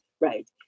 right